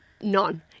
none